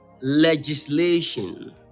legislation